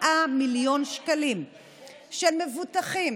100 מיליון שקלים של מבוטחים